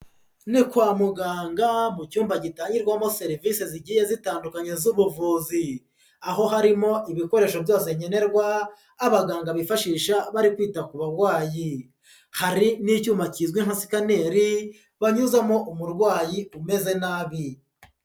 Ni kwa muganga mu cyumba gitangirwamo serivisi zigiye zitandukanya z'ubuvuzi, aho harimo ibikoresho byose nkenerwa, abaganga bifashisha bari kwita ku barwayi, hari n'icyuma kizwi nka sikaneri, banyuzamo umurwayi umeze nabi.